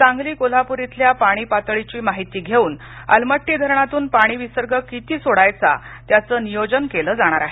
सांगली कोल्हापूर इथल्या पाणी पातळीची माहिती घेऊन अलमट्टी धरणातून पाणी विसर्ग किती सोडायचा त्याचं नियोजन केलं जाणार आहे